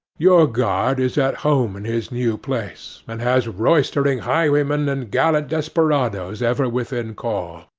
your guard is at home in his new place, and has roystering highwaymen and gallant desperadoes ever within call.